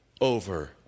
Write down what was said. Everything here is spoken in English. over